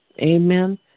Amen